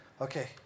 Okay